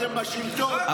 אתם בשלטון, אתה,